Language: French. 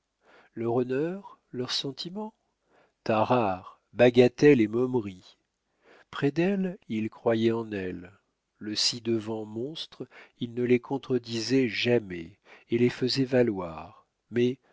leur honneur leurs sentiments tarare bagatelles et momeries près d'elles il croyait en elles le ci-devant monstre il ne les contredisait jamais et les faisait valoir mais